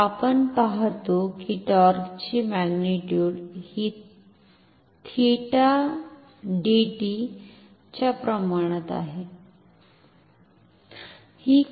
तर आपण पाहतो की टॉर्कची मॅग्निट्युड हि डी थीटा डीटी च्या प्रमाणात आहे